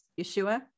Yeshua